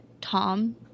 Tom